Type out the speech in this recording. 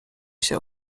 się